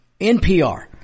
NPR